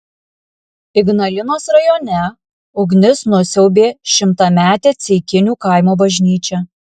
ignalinos rajone ugnis nusiaubė šimtametę ceikinių kaimo bažnyčią